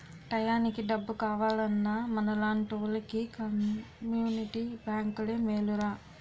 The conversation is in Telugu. టయానికి డబ్బు కావాలన్నా మనలాంటోలికి కమ్మునిటీ బేంకులే మేలురా